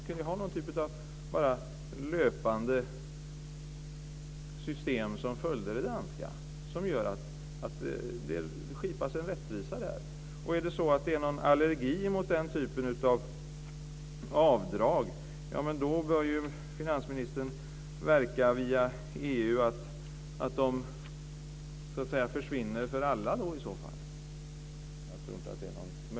Man kunde ha ett löpande system som följde det danska, som gör att det skipas rättvisa. Om det finns någon allergi mot den typen av avdrag bör finansministern verka via EU för att de försvinner för alla.